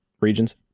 regions